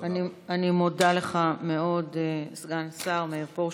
אני מודה לך מאוד, סגן השר מאיר פרוש.